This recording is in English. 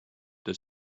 that